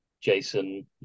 Jason